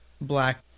black